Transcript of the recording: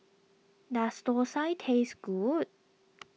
does Thosai taste good